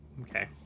okay